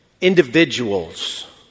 individuals